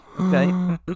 Okay